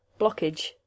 Blockage